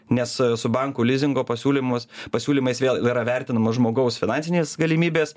nes su banko lizingo pasiūlymus pasiūlymais vėl yra vertinamos žmogaus finansinės galimybės